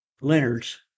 Leonard's